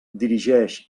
dirigeix